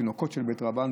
"תינוקות של בית רבן",